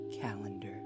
calendar